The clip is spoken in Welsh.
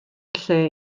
lle